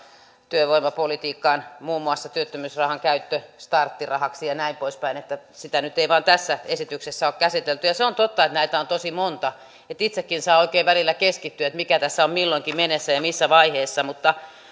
työvoimapolitiikkaan muun muassa työttömyysrahan käyttö starttirahaksi ja näin poispäin sitä nyt ei vain tässä esityksessä ole käsitelty ja se on totta että näitä on tosi monta itsekin saa oikein välillä keskittyä että mikä tässä on milloinkin menossa ja missä vaiheessa